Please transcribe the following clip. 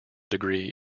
degree